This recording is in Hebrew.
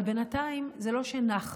אבל בינתיים זה לא שנחנו.